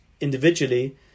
individually